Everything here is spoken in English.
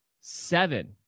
seven